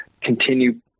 continue